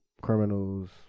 criminals